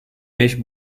beş